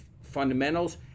fundamentals